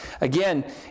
again